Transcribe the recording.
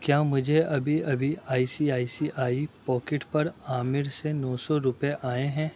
کیا مجھے ابھی ابھی I C I C I pocket پر عامر سے نو سو روپئے آئے ہیں